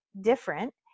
different